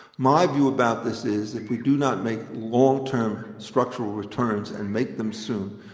my view about this is, if we do not make long-term structural returns and make them soon,